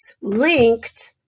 linked